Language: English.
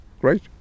great